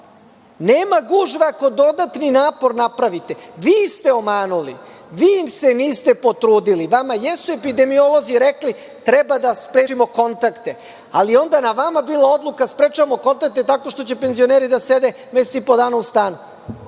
Nema gužve ako dodatni napor napravite. Vi ste omanuli. Vi se niste potrudili. Vama jesu epidemiolozi rekli da treba da sprečimo kontakte, ali onda je na vama bila odluka - sprečavamo kontakte tako što će penzioneri da sede mesec i po dana u stanu.Zašto